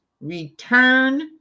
return